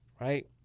right